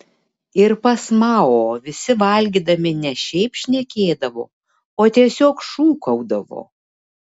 ir pas mao visi valgydami ne šiaip šnekėdavo o tiesiog šūkaudavo